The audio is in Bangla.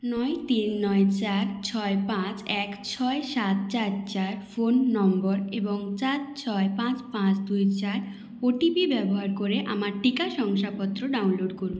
নয় তিন নয় চার ছয় পাঁচ এক ছয় সাত চার চার ফোন নম্বর এবং চার ছয় পাঁচ পাঁচ দুই চার ওটিপি ব্যবহার করে আমার টিকা শংসাপত্র ডাউনলোড করুন